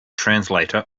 translator